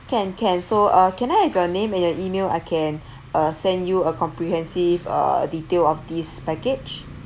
can can so uh can I have your name and your email I can uh send you a comprehensive uh detail of this package